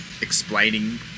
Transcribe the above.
explaining